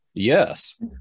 yes